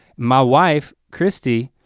my wife christy,